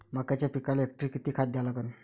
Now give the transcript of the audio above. मक्याच्या पिकाले हेक्टरी किती खात द्या लागन?